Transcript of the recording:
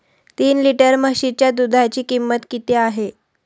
तीन लिटर म्हशीच्या दुधाची किंमत किती आहे?